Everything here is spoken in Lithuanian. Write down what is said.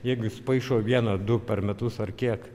jeigu jis paišo vieną du per metus ar kiek